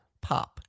pop